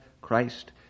Christ